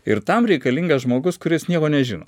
ir tam reikalingas žmogus kuris nieko nežino